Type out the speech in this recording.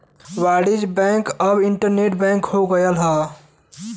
वाणिज्य बैंक अब internet bank हो गयल हौ